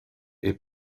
est